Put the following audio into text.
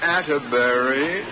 Atterbury